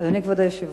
אדוני כבוד היושב-ראש,